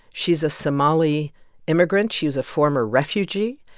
she's a somali immigrant. she is a former refugee.